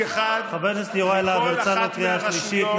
(חברת הכנסת אורנה ברביבאי יוצאת מאולם המליאה.) אסון,